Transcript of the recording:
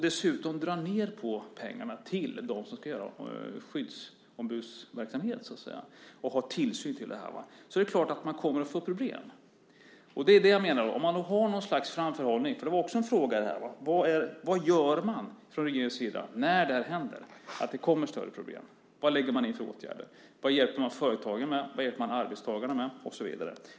Dessutom drar man ned på pengarna till dem som ska ha skyddsombudsverksamhet och ha tillsyn över det här. Det är klart att man kommer att få problem. Jag undrar om man då har något slags framförhållning. Det var också en fråga. Vad gör man från regeringens sida när det här händer, när det kommer större problem? Vad lägger man in för åtgärder? Vad hjälper man företagen med? Vad hjälper man arbetstagarna med och så vidare?